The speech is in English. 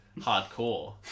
hardcore